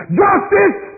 justice